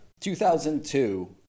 2002